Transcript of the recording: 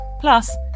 plus